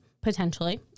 potentially